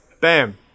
Bam